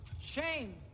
Shame